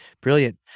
brilliant